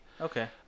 Okay